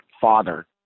father